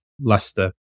Leicester